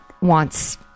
wants